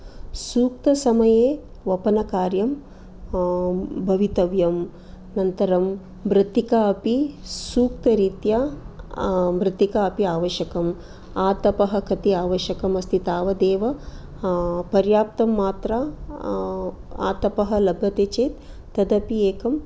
सूक्तसमये वपनकार्यं भवितव्यं अनन्तरं मृत्तिका अपि सूक्तरीत्या मृत्तिका अपि आवश्यकम् आतपः कति आवश्यकमस्ति तावदेव पर्याप्तं मात्रा आतपः लभते चेत् तदपि एकं